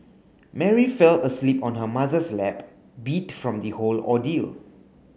Mary fell asleep on her mother's lap beat from the whole ordeal